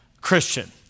Christian